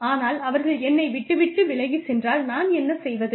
ஆனால் அவர்கள் என்னை விட்டுவிட்டு விலகிச் சென்றால் நான் என்ன செய்வது